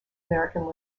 american